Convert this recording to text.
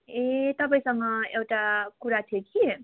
ए तपाईँसँग एउटा कुरा थियो कि